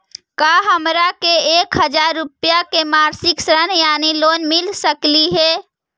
का हमरा के एक हजार रुपया के मासिक ऋण यानी लोन मिल सकली हे?